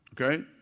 Okay